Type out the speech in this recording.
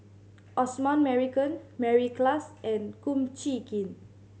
Osman Merican Mary Klass and Kum Chee Kin